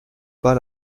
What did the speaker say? pas